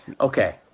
Okay